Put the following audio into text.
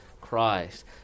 Christ